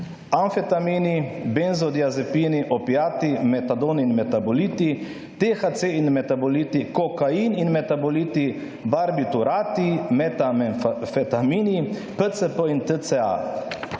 Amfetamini, benzodiazepini, opiati, metadoni in metaboliti, THC in metaboliti, kokain in metaboliti, barbiturati, metamfetamini, PCP in TCA.